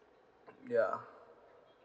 ya